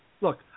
Look